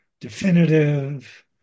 definitive